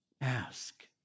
ask